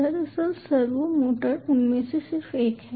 दरअसल servo motor उनमें से सिर्फ एक है